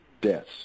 deaths